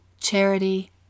Charity